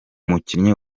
umukinnyi